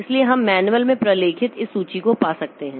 इसलिए हम मैनुअल में प्रलेखित इस सूची को पा सकते हैं